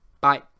Bye